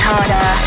Harder